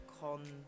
Con